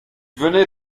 venait